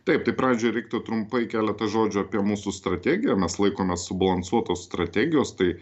taip tai pradžiai reiktų trumpai keletą žodžių apie mūsų strategiją mes laikomės subalansuotos strategijos tai